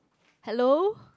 hello